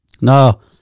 No